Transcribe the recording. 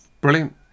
brilliant